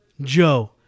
Joe